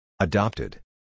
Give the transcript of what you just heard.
Adopted